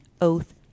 oath